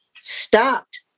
stopped